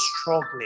struggling